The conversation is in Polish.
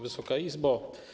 Wysoka Izbo!